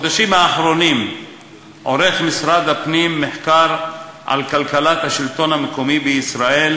בחודשים האחרונים עורך משרד הפנים מחקר על כלכלת השלטון המקומי בישראל,